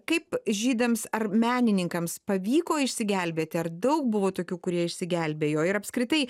kaip žydams ar menininkams pavyko išsigelbėti ar daug buvo tokių kurie išsigelbėjo ir apskritai